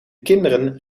kinderen